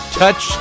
touch